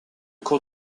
cours